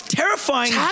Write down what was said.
terrifying